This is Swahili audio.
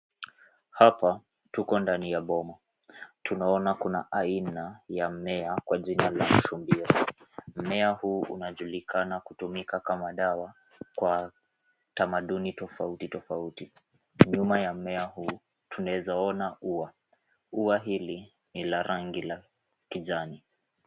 Hapa tuko ndani ya boma. Tunaona kuna aina ya mmea kwa jina la shubiri. Mmea huu unajulikana kutumika kama dawa, kwa tamaduni tofauti tofauti. Nyuma ya mmea huu tunawezaona ua . Ua hili ni la rangi ya kijani.